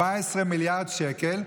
14 מיליארד שקל,